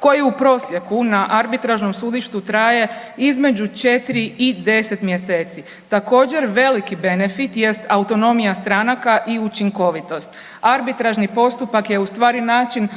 koji u procesu na arbitražnom sudištu traje izmešu 4 i 10. mjeseci. Također veliki benefit jest autonomija stranaka i učinkovitost. Arbitražni postupak je u stvari način